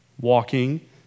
walking